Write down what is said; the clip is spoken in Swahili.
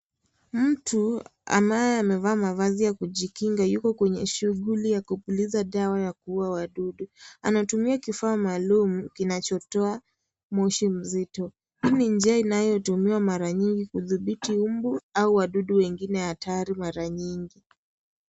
Mtu ambaye amevaa mavazi ya kujikinga yuko kwenye shughuli ya kupuliza dawa ya kuua wadudu. Anatumia kifaa maalum kinachotoa moshi mzito. Hii ni njia inayotumiwa mara nyingi kudhibiti mbu au wadudu wengine hatari mara nyingi.